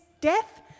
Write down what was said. death